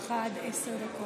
לרשותך עד עשר דקות.